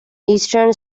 eastern